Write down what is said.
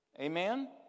Amen